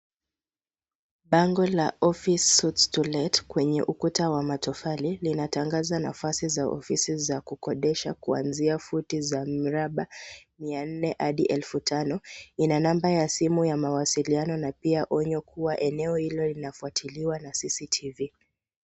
Bango la Office Suites To Let kwenye ukuta wa matofali linatangaza nafasi za ofisi za kukodesha kuanzia futi za mraba 400 hadi 5000. Ina namba ya simu ya mawasiliano na pia onyo kuwa eneo hilo linafuatiliwa na CCTV .